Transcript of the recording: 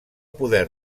poder